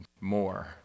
more